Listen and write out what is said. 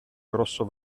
grosso